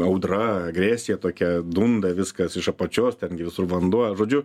audra agresija tokia dunda viskas iš apačios ten gi visur vanduo žodžiu